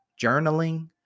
journaling